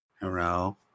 Hello